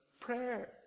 prayer